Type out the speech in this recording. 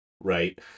right